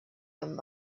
and